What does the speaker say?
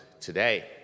today